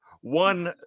one